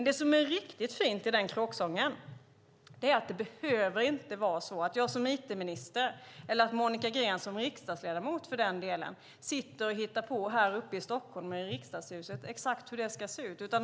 Det som är riktigt fint i den kråksången är att det inte behöver vara så att jag som it-minister eller Monica Green som riksdagsledamot sitter här i Riksdagshuset i Stockholm och talar om exakt hur det ska se ut.